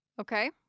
Okay